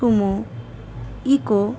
Sumo eco